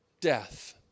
death